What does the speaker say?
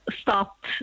stopped